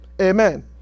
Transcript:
Amen